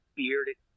bearded